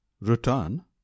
Return